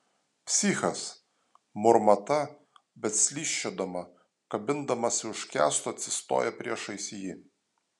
psichas murma ta bet slysčiodama kabindamasi už kęsto atsistoja priešais jį